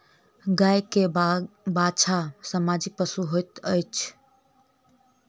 गाय के बाछा सामाजिक पशु होइत अछि